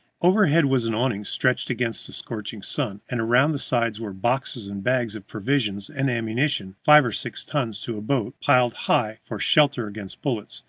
overhead was an awning stretched against the scorching sun, and around the sides were boxes and bags of provisions and ammunition five or six tons to a boat piled high for shelter against bullets,